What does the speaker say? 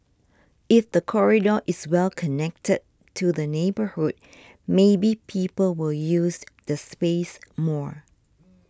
if the corridor is well connected to the neighbourhood maybe people will use the space more